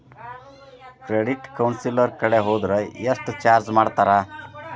Credit counsellor ಕಡೆ ಹೊದ್ರ ಯೆಷ್ಟ್ ಚಾರ್ಜ್ ಮಾಡ್ತಾರ?